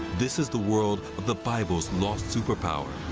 this is the world of the bible's lost superpower.